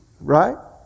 right